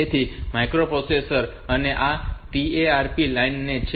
તેથી આ માઇક્રોપ્રોસેસર છે અને આ TARP લાઇન છે